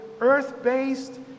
earth-based